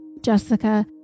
Jessica